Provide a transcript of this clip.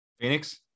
phoenix